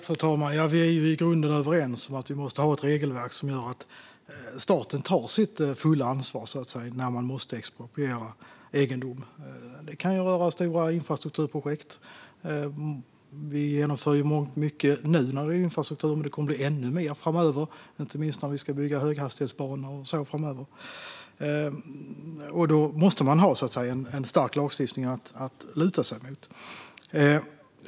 Fru talman! Vi är ju i grunden överens om att vi måste ha ett regelverk som gör att staten tar sitt fulla ansvar när man måste expropriera egendom. Det kan röra stora infrastrukturprojekt. Vi genomför ju mycket när det gäller infrastruktur, men det kommer att bli ännu mer framöver, inte minst när vi ska bygga höghastighetsbanor. Då måste vi ha en stark lagstiftning att luta oss mot.